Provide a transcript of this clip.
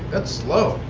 that's slow.